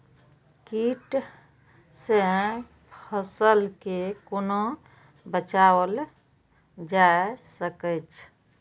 कीट से फसल के कोना बचावल जाय सकैछ?